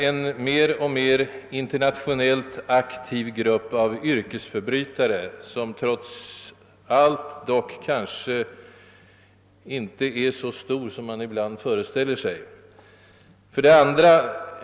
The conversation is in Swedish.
En mer och mer internationellt aktiv grupp av yrkesförbrytare som trots allt dock kanske inte är så stor som man ibland föreställer sig. 2.